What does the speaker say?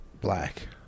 Black